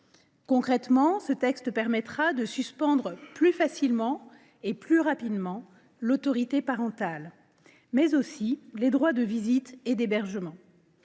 Concrètement, le présent texte permettra de suspendre plus facilement et plus rapidement, non seulement l’autorité parentale, mais aussi les droits de visite et d’hébergement.